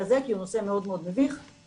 הזה כי הוא נושא מאוד מאוד מביך וקשה לדבר עליו.